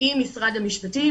עם משרד המשפטים,